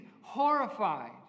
horrified